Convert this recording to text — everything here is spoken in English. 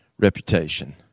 reputation